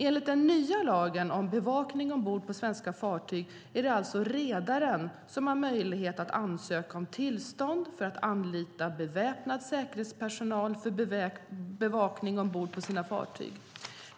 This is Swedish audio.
Enligt den nya lagen om bevakning ombord på svenska fartyg är det alltså redaren som har möjlighet att ansöka om tillstånd för att anlita beväpnad säkerhetspersonal för bevakning ombord på sina fartyg.